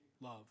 love